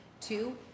two